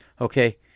okay